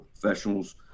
professionals